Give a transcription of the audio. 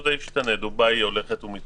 זה עומד להשתנות כי דובאי הולכת ומצטמצמת.